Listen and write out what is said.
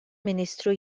ministru